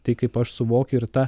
tai kaip aš suvokiu ir tą